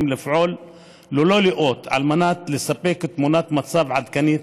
לפעול ללא לאות על מנת לספק תמונת מצב עדכנית